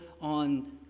on